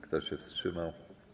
Kto się wstrzymał?